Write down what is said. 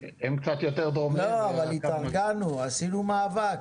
לא, אבל התארגנו, עשינו מאבק.